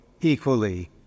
equally